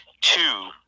two